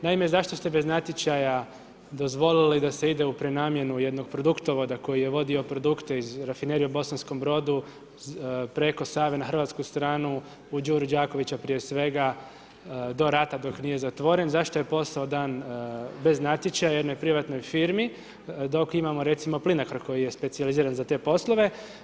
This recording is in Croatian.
Naime, zašto ste bez natječaja dozvolili da se ide u prenamjenu jednog produktovoda koji je vodio produkte iz rafinerije u Bosanskom brodu preko Save na Hrvatsku stranu u Đuru Đakovića prije svega, do rata dok nije zatvoren, zašto je posao dan bez natječaja jednoj privatnoj firmi dok imamo recimo Plinacro koji je specijaliziran za te poslove?